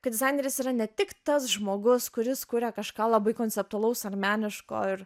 kad dizaineris yra ne tik tas žmogus kuris kuria kažką labai konceptualaus ar meniško ir